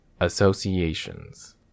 Associations